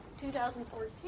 2014